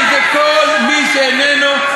אבל היא לא צועקת.